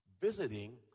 visiting